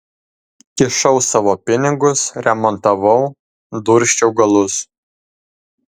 kišau savo pinigus remontavau dursčiau galus